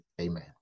Amen